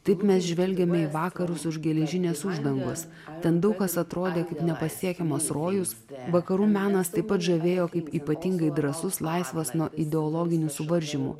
taip mes žvelgėme į vakarus už geležinės uždangos ten daug kas atrodė kaip nepasiekiamas rojus vakarų menas taip pat žavėjo kaip ypatingai drąsus laisvas nuo ideologinių suvaržymų